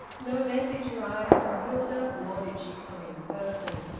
no message arrived from hilda, nor did she come in person.